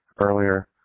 earlier